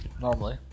normally